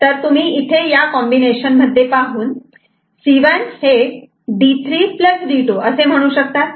तर तुम्ही इथे या कॉम्बिनेशन मध्ये पाहून C1 D3 D2 असे म्हणू शकतात